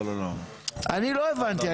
אני לא הבנתי.